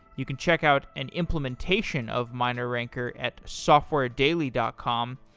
you can check out and implementation of mineranker at softwaredaily dot com.